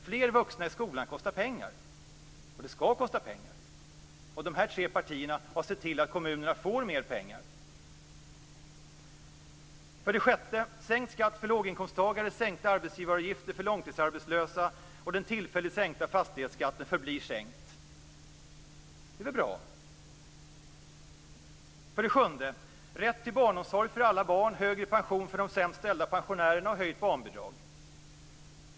Fler vuxna i skolan kostar pengar, och det skall kosta pengar. Dessa tre partier har sett till att kommunerna får mera pengar. För det sjätte: Sänkt skatt för låginkomsttagare, sänkta arbetsgivaravgifter för långtidsarbetslösa och den tillfälligt sänkta fastighetskatten förblir sänkt. Det är väl bra? För det sjunde: Rätt till barnomsorg för alla barn, högre pension för de sämst ställda pensionärerna och höjt barnbidrag.